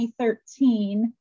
2013